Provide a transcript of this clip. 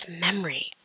memory